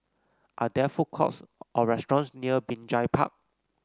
are there food courts or restaurants near Binjai Park